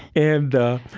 and,